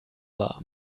war